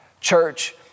Church